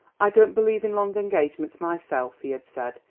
i don't believe in long engagements myself, he had said,